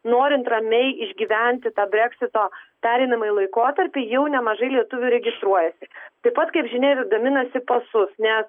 norint ramiai išgyventi tą breksito pereinamąjį laikotarpį jau nemažai lietuvių registruojasi taip pat kaip žinia ir gaminasi pasus nes